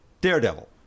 Daredevil